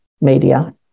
media